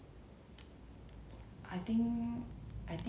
comedy like american sitcoms